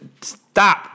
stop